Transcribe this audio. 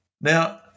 Now